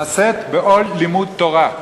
"וכולם ביחד צריכים לשאת בעול לימוד תורה".